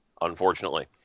unfortunately